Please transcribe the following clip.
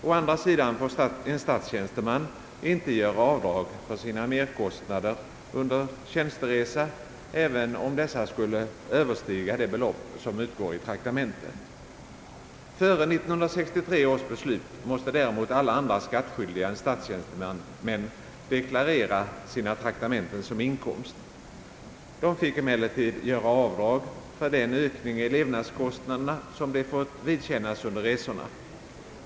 Å andra sidan får en statstjänsteman inte göra avdrag för sina merkostnader under tjänsteresa, även om dessa skulle överstiga det belopp som utgår i traktamente. Före 1963 års beslut måste däremot alla andra skattskyldiga än statstjänstemän deklarera sina traktamenten som inkomst. De fick emellertid göra avdrag för den ökning av levnadskostnaderna som de fått vidkännas under resorna.